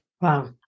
Wow